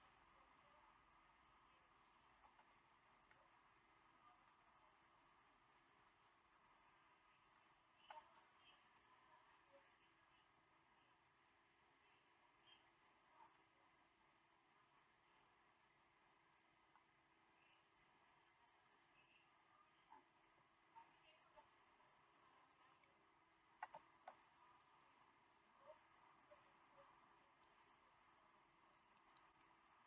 so